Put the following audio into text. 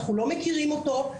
אנחנו לא מכירים אותו.